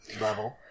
level